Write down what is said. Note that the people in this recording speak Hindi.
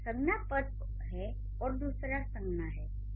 तो एक संज्ञा पद है और दूसरा संज्ञा है